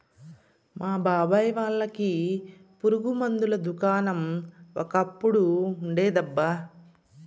మా బాబాయ్ వాళ్ళకి పురుగు మందుల దుకాణం ఒకప్పుడు ఉండేదబ్బా